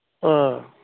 ꯑꯥ